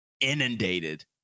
inundated